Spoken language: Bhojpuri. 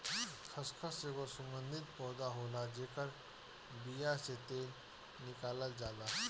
खसखस एगो सुगंधित पौधा होला जेकरी बिया से तेल निकालल जाला